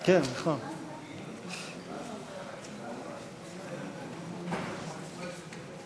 כן, חיבוקים ונישוקים.